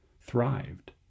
thrived